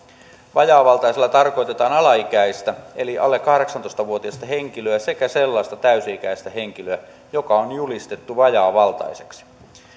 vajaavaltaisella tarkoitetaan alaikäistä eli alle kahdeksantoista vuotiasta henkilöä sekä sellaista täysi ikäistä henkilöä joka on julistettu vajaavaltaiseksi